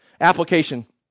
Application